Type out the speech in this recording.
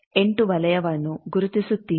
8 ವಲಯವನ್ನು ಗುರುತಿಸುತ್ತೀರಿ